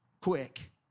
quick